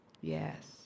Yes